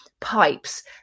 pipes